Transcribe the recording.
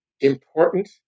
important